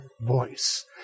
voice